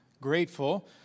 grateful